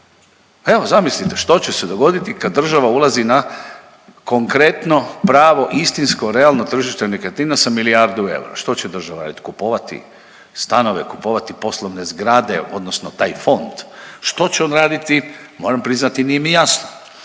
Evo, zamislite, što će se dogoditi kad država ulazi na, konkretno, pravo istinsko realno tržište nekretnina sa milijardu eura. Što će država kupovati stanove? Kupovati poslovne zgrade odnosno taj fond? Što će on raditi, moram priznati, nije mi jasno.